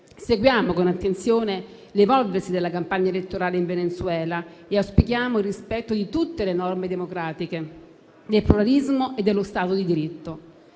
Seguiamo con attenzione l'evolversi della campagna elettorale in Venezuela e auspichiamo il rispetto di tutte le norme democratiche, del pluralismo e dello Stato di diritto.